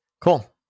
Cool